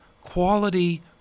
Quality